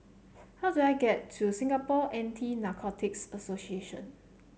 how do I get to Singapore Anti Narcotics Association